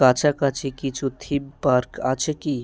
কাছাকাছি কিছু theme park আছে কি